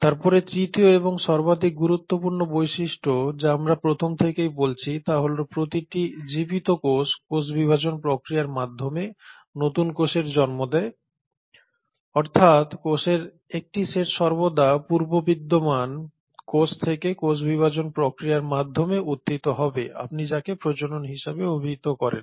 তারপরে তৃতীয় এবং সর্বাধিক গুরুত্বপূর্ণ বৈশিষ্ট্য যা আমরা প্রথম থেকেই বলছি তা হল প্রতিটি জীবিত কোষ কোষ বিভাজন প্রক্রিয়ার মাধ্যমে নতুন কোষের জন্ম দেয় অর্থাৎ কোষের একটি সেট সর্বদা পূর্ব বিদ্যমান কোষ থেকে কোষ বিভাজন প্রক্রিয়ার মাধ্যমে উত্থিত হবে আপনি যাকে প্রজনন হিসাবে অভিহিত করেন